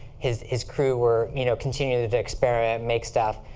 his his crew were you know continuing to to experiment, make stuff.